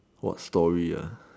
watch story